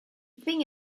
thing